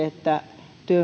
että